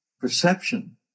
perception